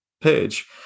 page